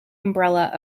umbrella